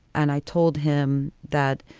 and i told him that,